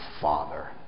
father